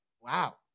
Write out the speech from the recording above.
Wow